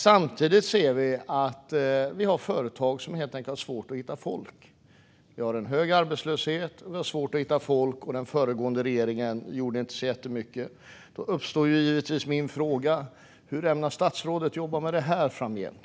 Samtidigt har vi företag som helt enkelt har svårt att hitta folk. Vi har hög arbetslöshet, vi har svårt att hitta folk och den föregående regeringen gjorde inte så jättemycket. Då uppstår givetvis min fråga: Hur ämnar statsrådet jobba med detta framgent?